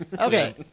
Okay